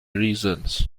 reasons